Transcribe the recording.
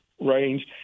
range